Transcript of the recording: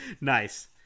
nice